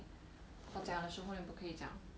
我讲的时候你不可以讲